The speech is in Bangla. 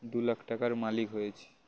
দু লাখ টাকার মালিক হয়েছে